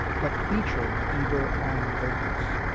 but featuring bieber on vocals.